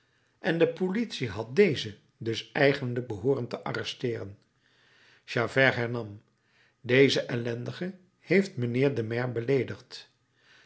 en de politie had dezen dus eigenlijk behooren te arresteeren javert hernam deze ellendige heeft mijnheer den maire beleedigd